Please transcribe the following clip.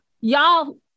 Y'all